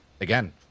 again